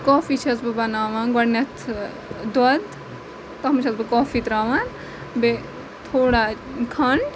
کوفی چھَس بہٕ بَناوان گۄڈٕنیتھ دۄد تَتھ منٛز چھَس بہٕ کوفی تراوان بیٚیہِ تھوڑا کھنڈ